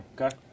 Okay